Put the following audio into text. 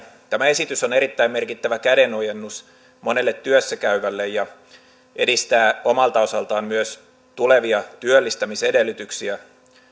tämä esitys on erittäin merkittävä kädenojennus monelle työssä käyvälle ja edistää omalta osaltaan myös tulevia työllistämisedellytyksiä